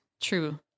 true